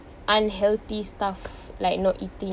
unhealthy stuff like not eating